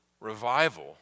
Revival